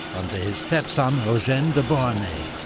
under his stepson eugene de beauharnais,